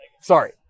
sorry